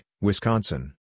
Wisconsin